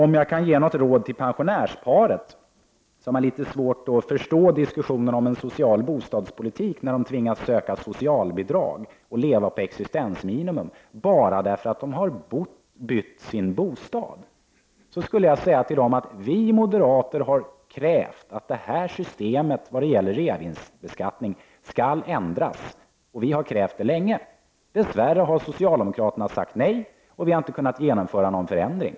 Om jag kan säga något till pensionärsparet som har litet svårt att förstå diskussionen om en social bostadspolitik när de tvingas söka socialbidrag och leva på existensminimum enbart därför att de har bytt bostad så skulle det vara: Vi moderater har krävt att systemet med reavinstbeskattningen skall ändras, och vi har krävt detta länge. Dessvärre har socialdemokraterna sagt nej, och vi har därför inte kunnat genomföra någon förändring.